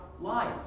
life